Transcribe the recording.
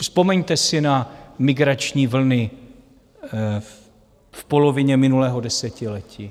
Vzpomeňte si na migrační vlny v polovině minulého desetiletí.